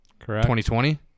2020